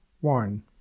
one